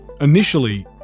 Initially